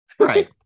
Right